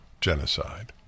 genocide